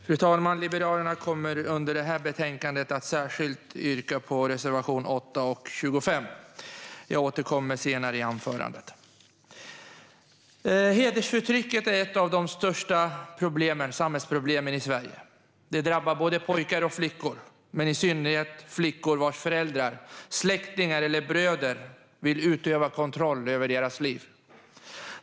Fru talman! Liberalerna kommer i samband med detta betänkande att särskilt yrka bifall till reservationerna 8 och 25. Jag återkommer till detta senare i anförandet. Hedersförtrycket är ett av de största samhällsproblemen i Sverige. Det drabbar både pojkar och flickor, men det drabbar i synnerhet flickor vars föräldrar, släktingar eller bröder vill utöva kontroll över deras liv.